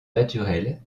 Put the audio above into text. naturel